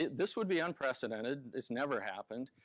this would be unprecedented, it's never happened.